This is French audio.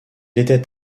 était